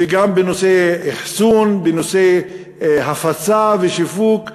וגם בנושא אחסון, בנושא הפצה ושיווק,